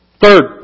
Third